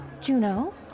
Juno